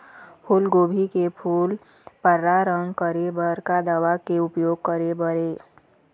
फूलगोभी के फूल पर्रा रंग करे बर का दवा के उपयोग करे बर ये?